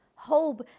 hope